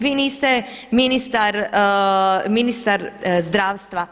Vi niste ministar zdravstva.